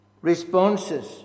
responses